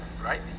right